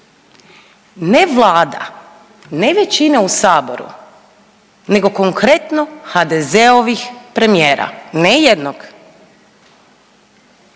ne vlada, ne većine u saboru nego konkretno HDZ-ovih premijera, ne jednog,